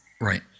Right